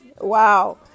Wow